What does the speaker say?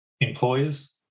employers